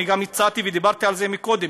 וגם הצעתי ודיברתי על זה קודם,